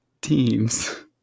teams